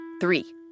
Three